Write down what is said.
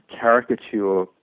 caricature